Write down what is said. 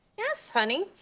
yes, honey,